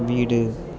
வீடு